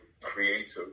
creative